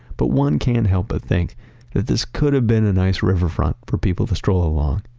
but one can't help but think that this could have been a nice riverfront for people to stroll along,